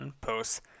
posts